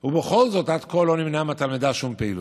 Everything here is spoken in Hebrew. ובכל זאת עד כה לא נמנעה מהתלמידה שום פעילות.